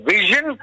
Vision